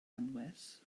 anwes